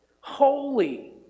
Holy